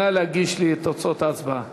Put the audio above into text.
נא להגיש לי את תוצאות ההצבעה.